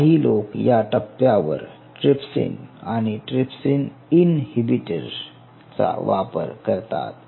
काही लोक या टप्प्यावर ट्रिप्सिन आणि ट्रिप्सिन इनहिबिटर चा वापर करतात